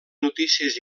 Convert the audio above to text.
notícies